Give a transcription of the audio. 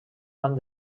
van